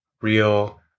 Real